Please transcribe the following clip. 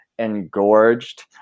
engorged